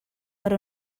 per